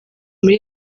muri